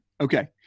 Okay